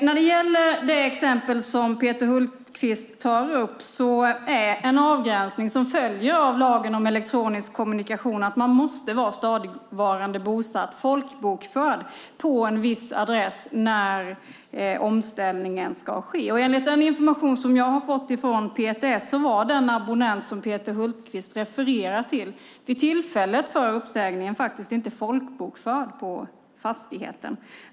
När det gäller det exempel som Peter Hultqvist tar upp är en följd av avgränsningen av lagen om elektronisk kommunikation att man måste vara stadigvarande bosatt och folkbokförd på en viss adress när omställningen sker. Enligt den information som jag har fått från PTS var den abonnent som Peter Hultqvist refererar till vid tillfället för uppsägningen inte folkbokförd på fastigheten.